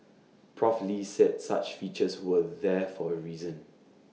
Prof lee said such features were there for A reason